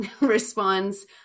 responds